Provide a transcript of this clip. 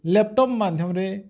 laptop ମାଧ୍ୟମରେ